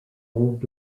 old